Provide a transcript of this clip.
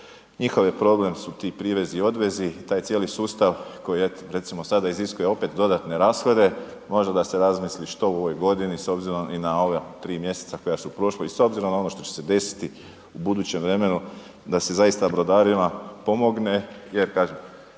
njihov je problem su ti privezi i odvezi, taj cijeli sustav koji eto, recimo sada iziskuje opet dodatne rashode, možda da se razmisli što u ovoj godini s obzirom i na ova 3 mj. koja su prošla i s obzirom na ono što će se desiti u budućem vremenu, da se zaista brodarima pomogne jer kažem,